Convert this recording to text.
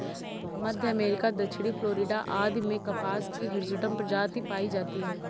मध्य America, दक्षिणी Florida आदि में कपास की हिर्सुटम प्रजाति पाई जाती है